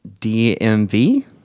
DMV